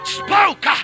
spoke